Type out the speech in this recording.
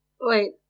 Wait